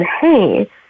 hey